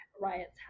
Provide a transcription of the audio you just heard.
riots